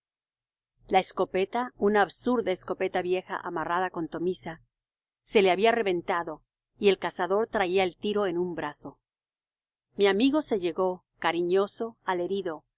la escopeta una absurda escopeta vieja amarrada con tomiza se le había reventado y el cazador traía el tiro en un brazo mi amigo se llegó cariñoso al herido